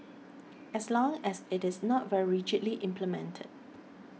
as long as it is not very rigidly implemented